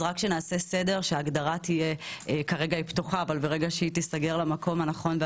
אז כרגע ההגדרה היא פתוחה אבל כשנעשה סדר והיא תיסגר למקום הנכון,